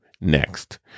next